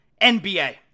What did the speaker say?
NBA